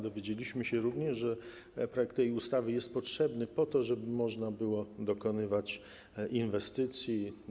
Dowiedzieliśmy się również, że projekt tej ustawy jest potrzebny po to, żeby można było dokonywać inwestycji.